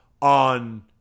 on